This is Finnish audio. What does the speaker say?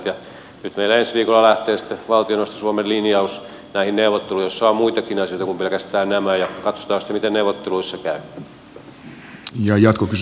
ja nyt meillä ensi viikolla lähtee sitten valtioneuvoston suomen linjaus näihin neuvotteluihin joissa on muitakin asioita kuin pelkästään nämä ja katsotaan sitten miten neuvotteluissa käy